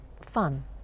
fun